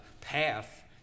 path